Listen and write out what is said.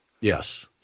Yes